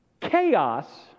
chaos